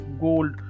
gold